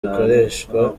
bikoreshwa